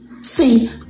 See